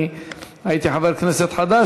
אני הייתי חבר כנסת חדש.